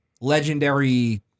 legendary